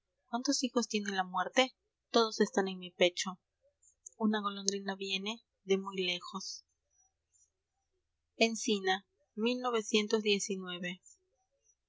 cuántos hijos tiene la muerte todos están en mi pecho una golondrina viene de muy lejos